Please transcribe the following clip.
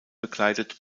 bekleidet